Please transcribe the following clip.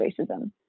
racism